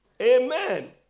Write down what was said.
Amen